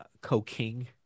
co-king